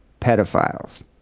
pedophiles